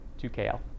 2kl